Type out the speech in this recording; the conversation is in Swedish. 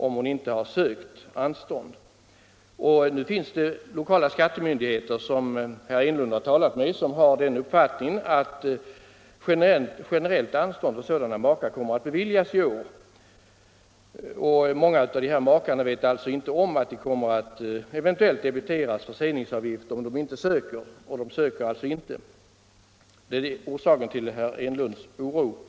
Herr Enlund har varit i kontakt med en del lokala skattemyndigheter som har den uppfattningen att generellt anstånd för maka till egen företagare kommer att beviljas i år. Många av dessa makar kommer alltså inte att ansöka om anstånd med deklaration, och de vet inte om att de därmed eventuellt kommer att debiteras förseningsavgifter. Detta är orsaken till herr Enlunds oro.